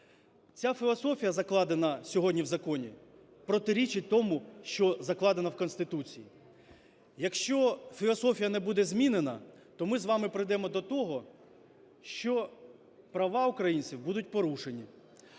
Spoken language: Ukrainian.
Ця філософія, закладена сьогодні в законі, протирічить тому, що закладено в Конституції. Якщо філософія не буде змінена, то ми з вами прийдемо до того, що права українців будуть порушені,